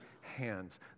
hands